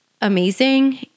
amazing